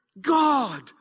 God